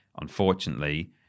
unfortunately